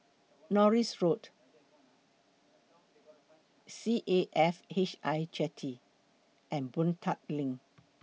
Norris Road C A F H I Jetty and Boon Tat LINK